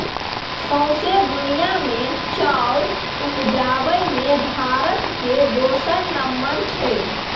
सौंसे दुनिया मे चाउर उपजाबे मे भारत केर दोसर नम्बर छै